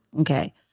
okay